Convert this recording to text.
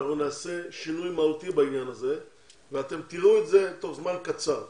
שאנחנו נעשה שינוי מהותי בעניין הזה ואתם תראו את זה תוך זמן קצר.